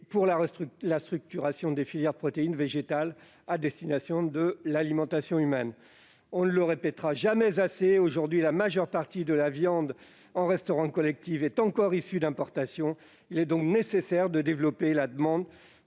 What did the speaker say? pour la structuration des filières de protéines végétales à destination de l'alimentation humaine. On ne le répétera jamais assez, aujourd'hui, la majeure partie de la viande en restauration collective est encore issue d'importations. Il est donc nécessaire de développer la demande